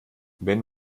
wenn